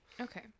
Okay